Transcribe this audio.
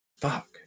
Fuck